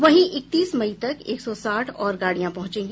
वहीं इकतीस मई तक एक सौ साठ और गाड़ियां पहुंचेंगी